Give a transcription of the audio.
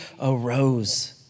arose